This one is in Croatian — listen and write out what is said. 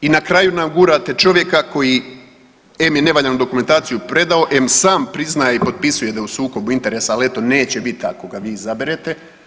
I na kraju nam gurate čovjeka koji em je nevaljanu dokumentaciju predao, em sam priznaje i potpisuje da je u sukobu interesa, ali eto, neće biti ako ga vi izaberete.